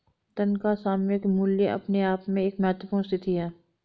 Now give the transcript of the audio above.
धन का सामयिक मूल्य अपने आप में एक महत्वपूर्ण स्थिति है